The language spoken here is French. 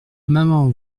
maman